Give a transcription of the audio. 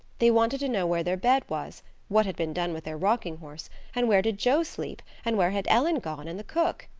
they wanted to know where their bed was what had been done with their rocking-horse and where did joe sleep, and where had ellen gone, and the cook?